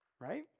Right